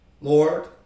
Lord